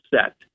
set